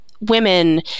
women